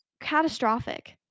catastrophic